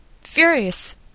Furious